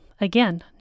Again